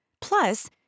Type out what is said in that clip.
Plus